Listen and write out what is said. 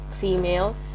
female